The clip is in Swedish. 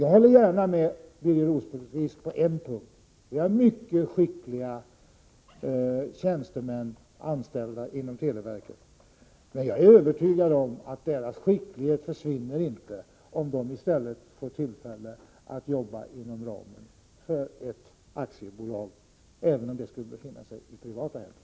Jag håller gärna med Birger Rosqvist på en punkt: Vi har mycket skickliga tjänstemän och anställda inom televerket— men jag är övertygad om att deras skicklighet inte försvinner om de i stället får tillfälle att jobba inom ramen för ett aktiebolag, även om det skulle befinna sig i privata händer.